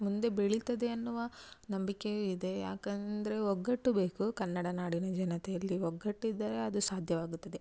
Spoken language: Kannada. ಮುಂದೆ ಬೆಳೀತದೆ ಅನ್ನುವ ನಂಬಿಕೆ ಇದೆ ಯಾಕಂದರೆ ಒಗ್ಗಟ್ಟು ಬೇಕು ಕನ್ನಡ ನಾಡಿನ ಜನತೆಯಲ್ಲಿ ಒಗ್ಗಟ್ಟು ಇದ್ದರೆ ಅದು ಸಾಧ್ಯವಾಗುತ್ತದೆ